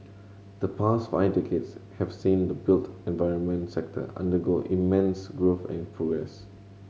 the past five decades have seen the built environment sector undergo immense growth and progress